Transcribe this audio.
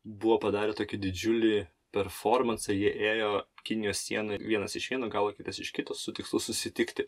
buvo padarę tokį didžiulį performansą jie ėjo kinijos siena vienas iš vieno galo kitas iš kitos su tikslu susitikti